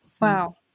Wow